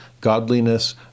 godliness